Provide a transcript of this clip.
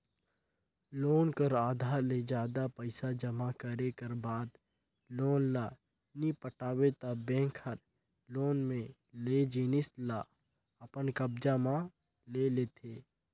loan कर आधा ले जादा पइसा जमा करे कर बाद लोन ल नी पटाबे ता बेंक हर लोन में लेय जिनिस ल अपन कब्जा म ले लेथे